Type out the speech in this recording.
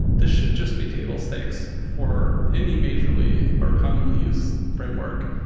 this should just be table stakes for any majorly or commonly used framework.